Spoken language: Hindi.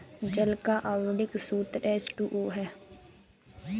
जल का आण्विक सूत्र एच टू ओ है